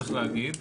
צריך להגיד,